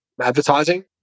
advertising